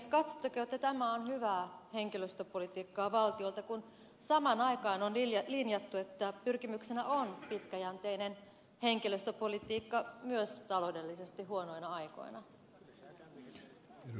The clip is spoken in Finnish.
katsotteko että tämä on hyvää henkilöstöpolitiikkaa valtiolta kun samaan aikaan on linjattu että pyrkimyksenä on pitkäjänteinen henkilöstöpolitiikka myös taloudellisesti huonoina aikoina